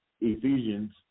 Ephesians